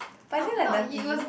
but isn't that dirty